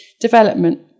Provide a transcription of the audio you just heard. development